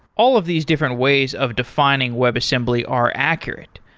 all of these different ways of defining webassembly are accurate,